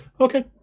Okay